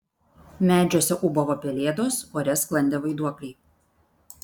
medžiuose ūbavo pelėdos ore sklandė vaiduokliai